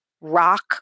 rock